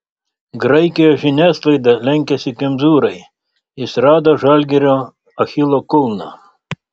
graikijos žiniasklaida lenkiasi kemzūrai jis rado žalgirio achilo kulną